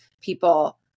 people